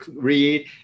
read